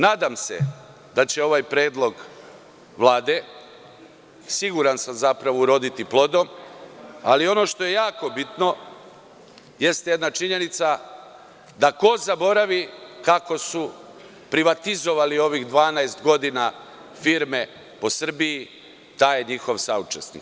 Nadam se da će ovaj predlog Vlade, siguran sam zapravo, uroditi plodom, ali ono što je jako bitno jeste jedna činjenica da ko zaboravi kako su privatizovali ovih 12 godina firme po Srbiji taj je njihov saučesnik.